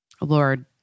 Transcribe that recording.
Lord